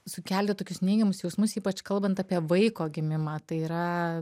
sukelti tokius neigiamus jausmus ypač kalbant apie vaiko gimimą tai yra